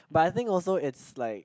but I think also it's like